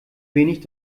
wenig